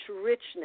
richness